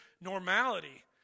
normality